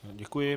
Děkuji.